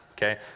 Okay